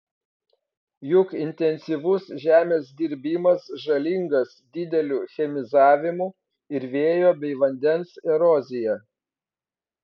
juk intensyvus žemės dirbimas žalingas dideliu chemizavimu ir vėjo bei vandens erozija